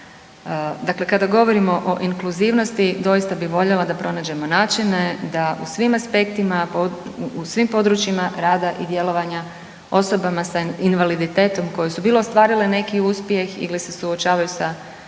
Dakle, kada govorimo o inkluzivnosti, doista bi voljela da pronađemo načine da u svim aspektima, u svim područjima rada i djelovanja osobama s invaliditetom koje su, bilo ostvarile neki uspjeh ili se suočavaju sa pojedinim